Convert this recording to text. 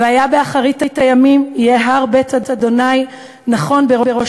"והיה באחרית הימים יהיה הר בית ה' נכון בראש